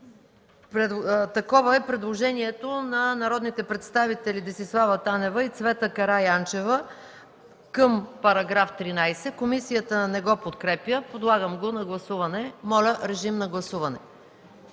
Такова е предложението на народните представители Десислава Танева и Цвета Караянчева към § 13, комисията не го подкрепя. Подлагам го на гласуване. (Реплики.) Гласуваме